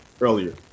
earlier